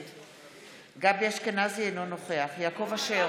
גבי אשכנזי, נגד יעקב אשר,